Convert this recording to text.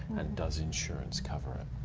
and does insurance cover it?